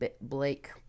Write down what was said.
Blake